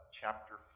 chapter